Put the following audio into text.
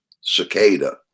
cicada